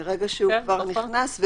נכון.